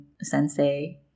sensei